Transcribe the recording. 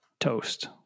Toast